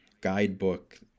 guidebook